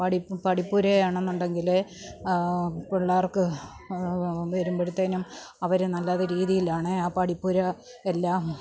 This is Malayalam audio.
പഠിപ്പുര ആണെന്നുണ്ടെങ്കിലേ പിള്ളേർക്ക് വരുമ്പോഴത്തേനും അവർ നല്ലൊരു രീതിയിലാണ് ആ പഠിപ്പുര എല്ലാ